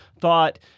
thought